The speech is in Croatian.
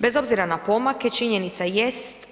Bez obzira na pomake, činjenica jest